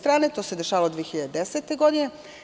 To se dešavalo 2010. godine.